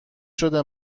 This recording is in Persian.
شده